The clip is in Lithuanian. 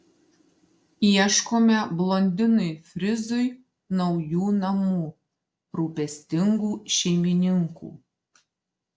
ieškome blondinui frizui naujų namų rūpestingų šeimininkų